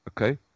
Okay